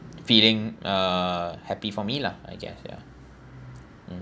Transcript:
feeling uh happy for me lah I guess ya mm